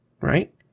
Right